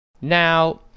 Now